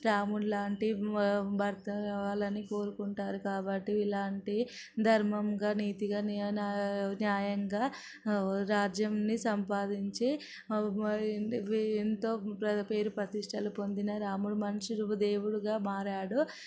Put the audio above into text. రాముని లాంటి భర్త రావాలని కోరుకుంటారు కాబట్టి ఇలాంటి ధర్మంగా నీతిగా నా న్యాయంగా రాజ్యంని సంపాదించి అవి మరి ఇది ఎంతో పేరు ప్రతిష్టలు పొందిన రాముడు మనుషులకు దేవుడిగా మారాడు